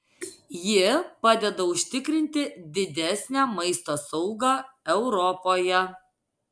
ji padeda užtikrinti didesnę maisto saugą europoje